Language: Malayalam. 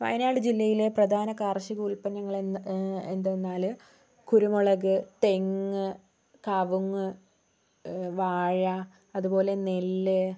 വയനാട് ജില്ലയിലെ പ്രധാന കാർഷിക ഉൽപ്പന്നങ്ങൾ എന്ത് എന്നാല് കുരുമുളക് തെങ്ങ് കവുങ്ങ് വാഴ അതുപോലെ നെല്ല്